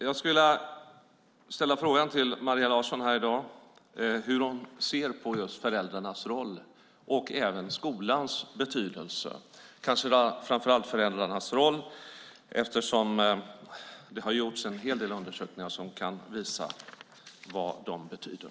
Jag skulle här i dag vilja fråga Maria Larsson hur hon ser på just föräldrarnas roll och även på skolans betydelse, kanske framför allt föräldrarnas roll, eftersom det har gjorts en hel del undersökningar som kan visa vad de betyder.